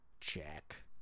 check